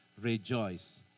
rejoice